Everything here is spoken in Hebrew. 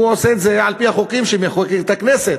הוא עושה את זה על-פי החוקים שמחוקקת הכנסת,